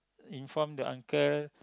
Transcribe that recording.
inform the uncle